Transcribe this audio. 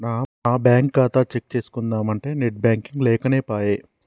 నా బ్యేంకు ఖాతా చెక్ చేస్కుందామంటే నెట్ బాంకింగ్ లేకనేపాయె